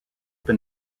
been